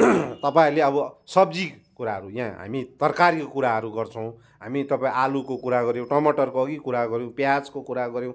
तपाईँहरूले अब सब्जी कुराहरू यहाँ हामी तरकारीको कुराहरू गर्छौँ हामी तपाईँ आलुको कुरा गर्यौँ टमाटरको अघि कुरा गर्यौँ प्याजको कुरा गर्यौँ